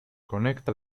conecta